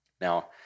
Now